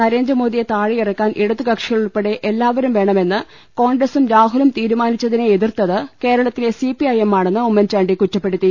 നരേന്ദ്രമോദിയെ താഴെയിറക്കാൻ ഇടതുകക്ഷികൾ ഉൾപ്പെടെ എല്ലാവരും വേണമെന്ന് കോൺഗ്രസും രാഹുലും തീരുമാനിച്ചതിനെ എതിർത്തത് കേരളത്തിലെ സി പി ഐ എമ്മാണെന്ന് ഉമ്മൻചാണ്ടി കുറ്റപ്പെടുത്തി